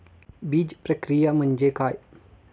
बीजप्रक्रिया म्हणजे काय?